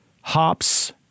hops